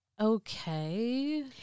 okay